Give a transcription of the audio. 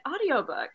audiobook